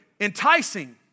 enticing